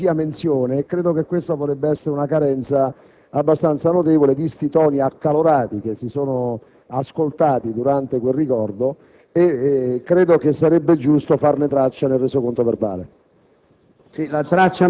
Non mi sembra che ve ne sia menzione e credo che questo potrebbe rappresentare una carenza notevole, visti i toni accalorati che si sono ascoltati durante quel ricordo. Credo, pertanto, sarebbe giusto lasciarne traccia nel processo verbale.